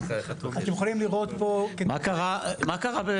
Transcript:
אתם יכולים לראות פה --- מה קרה במדינות